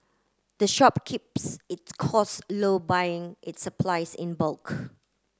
the shop keeps its costs low by buying its supplies in bulk